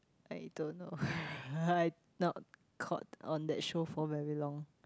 I don't know I've not caught on that show for very long